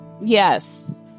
Yes